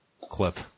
clip